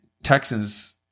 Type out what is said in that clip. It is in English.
Texans